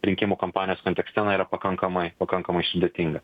rinkimų kampanijos kontekste jinai yra pakankamai pakankamai sudėtinga